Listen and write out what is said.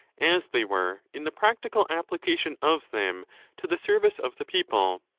as they were in the practical application of them to the service of the people.